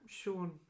Sean